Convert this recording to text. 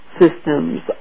systems